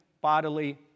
bodily